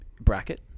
bracket